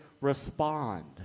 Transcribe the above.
respond